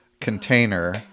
container